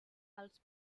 els